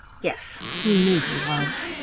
yes, he knew he was.